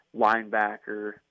linebacker